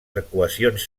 arcuacions